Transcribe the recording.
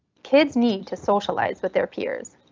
kids need to socialize with their peers.